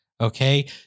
Okay